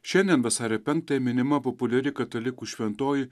šiandien vasario penktąją minima populiari katalikų šventoji